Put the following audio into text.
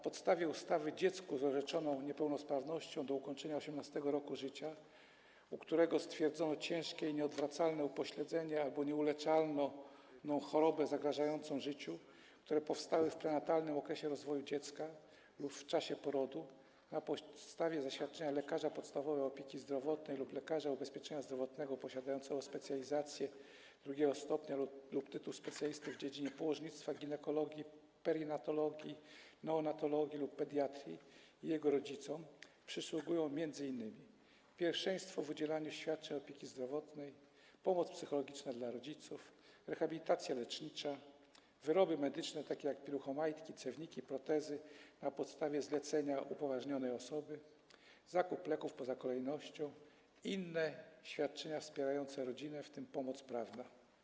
Zgodnie z ustawą dziecku z orzeczoną niepełnosprawnością do ukończenia 18. roku życia, u którego stwierdzono ciężkie i nieodwracalne upośledzenie albo nieuleczalną chorobę zagrażającą życiu, jakie powstały w prenatalnym okresie rozwoju dziecka lub w czasie porodu, na podstawie zaświadczenia lekarza podstawowej opieki zdrowotnej lub lekarza ubezpieczenia zdrowotnego posiadającego specjalizację II stopnia lub tytuł specjalisty w dziedzinie położnictwa, ginekologii, perinatologii, neonatologii lub pediatrii i jego rodzicom przysługują m.in.: pierwszeństwo w udzielaniu świadczeń opieki zdrowotnej, pomoc psychologiczna dla rodziców, rehabilitacja lecznicza, wyroby medyczne, takie jak: pieluchomajtki, cewniki, protezy, na podstawie zlecenia upoważnionej osoby, zakup leków poza kolejnością i inne świadczenia wspierające rodzinę, w tym pomoc prawna.